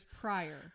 prior